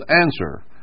answer